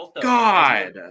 God